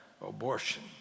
abortion